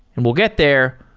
and we'll get there,